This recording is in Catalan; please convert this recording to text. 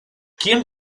quin